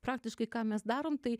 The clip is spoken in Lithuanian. praktiškai ką mes darom tai